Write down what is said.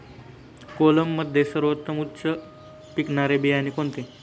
कोलममध्ये सर्वोत्तम उच्च पिकणारे बियाणे कोणते?